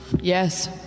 Yes